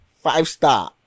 five-star